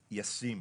וישים.